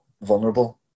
vulnerable